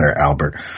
Albert